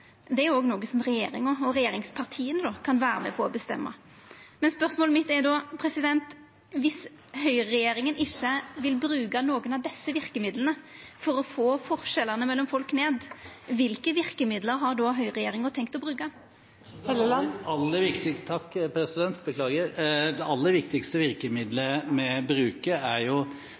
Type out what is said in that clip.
er òg noko som regjeringa og regjeringspartia kan vera med på å bestemma. Men spørsmålet mitt er då: Viss høgreregjeringa ikkje vil bruka nokon av desse verkemidla for å få forskjellane mellom folk ned, kva verkemiddel har då høgreregjeringa tenkt å bruka? Det aller viktigste virkemiddelet vi bruker, er den massive satsingen vi har på etterutdanning, på kompetansereform, på kompetanseløft, fordi vi vet at arbeidslivet nå er